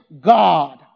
God